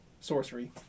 Sorcery